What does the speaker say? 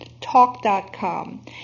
Talk.com